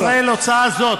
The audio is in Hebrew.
הוצאה זו